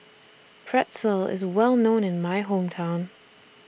Pretzel IS Well known in My Hometown